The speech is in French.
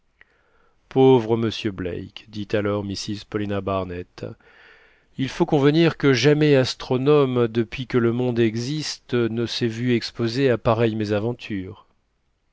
pauvre monsieur black dit alors mrs paulina barnett il faut convenir que jamais astronome depuis que le monde existe ne s'est vu exposé à pareille mésaventure